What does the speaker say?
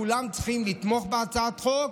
כולם צריכים לתמוך בהצעת החוק.